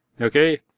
Okay